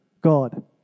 God